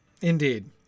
indeed